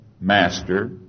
Master